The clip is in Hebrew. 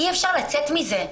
אי-אפשר לצאת מזה.